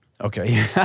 okay